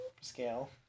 Scale